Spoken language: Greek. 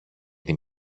την